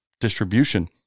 distribution